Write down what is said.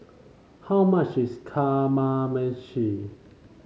how much is Kamameshi